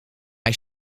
hij